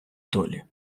долі